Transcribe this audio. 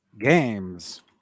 games